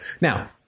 Now